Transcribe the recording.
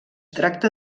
tracta